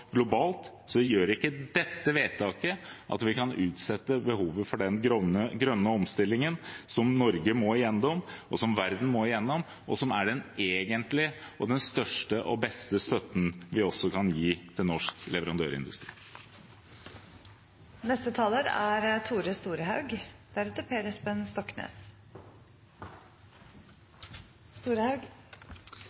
globalt – så gjør ikke dette vedtaket at vi kan utsette behovet for den grønne omstillingen Norge og verden må gjennom. Det er egentlig den største og beste støtten vi kan gi til norsk